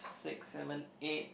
six seven eight